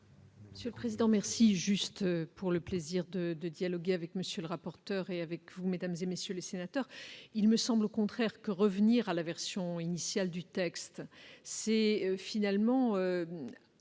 et sauf. Ce Président merci, juste pour le plaisir de de dialoguer avec monsieur le rapporteur, et avec vous, mesdames et messieurs les sénateurs, il me semble au contraire que revenir à la version initiale du texte, c'est finalement.